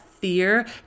fear